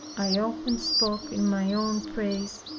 i often spoke in my own praise,